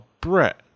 Brett